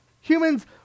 Humans